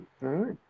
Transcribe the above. right